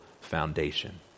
foundation